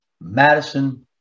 Madison